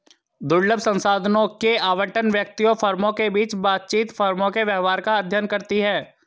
दुर्लभ संसाधनों के आवंटन, व्यक्तियों, फर्मों के बीच बातचीत, फर्मों के व्यवहार का अध्ययन करती है